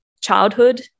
childhood